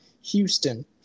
Houston